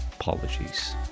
Apologies